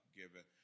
given